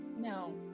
no